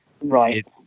Right